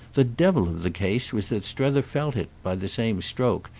the devil of the case was that strether felt it, by the same stroke,